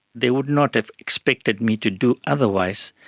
they would not have expected me to do otherwise.